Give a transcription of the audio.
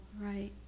right